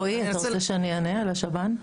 רועי, אתה רוצה שאני אענה על השב"ן?